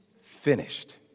finished